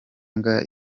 mbwa